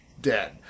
Dead